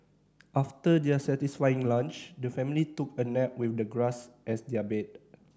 after their satisfying lunch the family took a nap with the grass as their bed